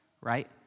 Right